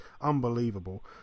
unbelievable